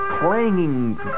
clanging